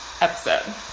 episode